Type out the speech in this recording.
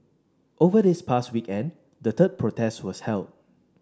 over this past weekend the third protest was held